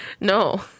no